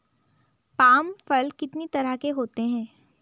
Palm फल कितनी तरह के होते हैं?